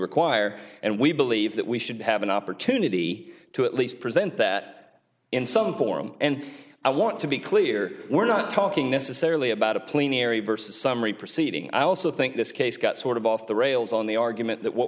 require and we believe that we should have an opportunity to at least present that in some form and i want to be clear we're not talking necessarily about a plain airy versus summary proceeding i also think this case got sort of off the rails on the argument that what